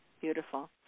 beautiful